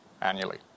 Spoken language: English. annually